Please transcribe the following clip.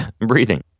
breathing